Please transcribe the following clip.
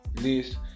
list